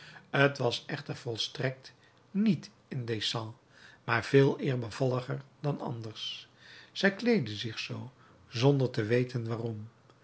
t was echter volstrekt niet indécent maar veeleer bevalliger dan anders zij kleedde zich zoo zonder te weten waarom